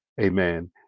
Amen